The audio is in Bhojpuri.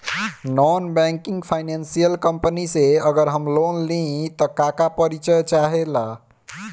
नॉन बैंकिंग फाइनेंशियल कम्पनी से अगर हम लोन लि त का का परिचय चाहे ला?